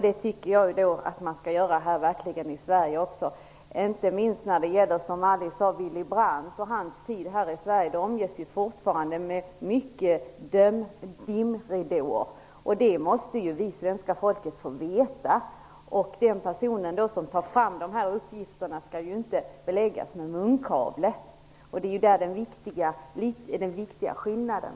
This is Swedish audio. Det tycker jag verkligen att man skall göra här i Sverige också, inte minst när det gäller Willy Brandt och hans tid här i Sverige, som Alice Åström nämnde. Den omges ju fortfarande av mycket dimridåer, och det måste svenska folket få veta. Den person som tar fram dessa uppgifter skall inte beläggas med munkavle. Däri består den viktiga skillnaden.